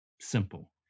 simple